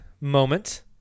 moment